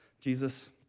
Jesus